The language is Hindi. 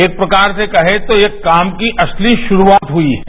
एक प्रकार से कहें तो यह काम की असली शुरूआत हुई है